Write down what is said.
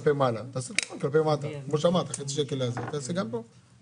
בעל רכב לפי הוראות חוק זה יחול באופן מצטבר,